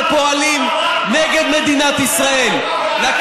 שפועלים נגד מדינת ישראל, אללה אכבר.